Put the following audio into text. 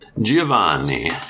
Giovanni